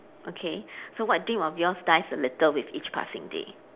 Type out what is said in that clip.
okay so what dream of yours dies a little with each passing day